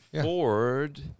Ford